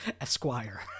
esquire